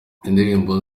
indirimbo